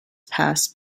pass